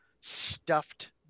stuffed